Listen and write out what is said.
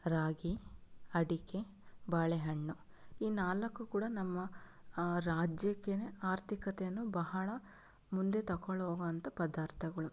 ರಾಗಿ ಅಡಿಕೆ ಬಾಳೆಹಣ್ಣು ಈ ನಾಲ್ಕು ಕೂಡ ನಮ್ಮ ರಾಜ್ಯಕ್ಕೆನೇ ಆರ್ಥಿಕತೆಯನ್ನು ಬಹಳ ಮುಂದೆ ತಗೊಳೋಗೋವಂತ ಪದಾರ್ಥಗಳು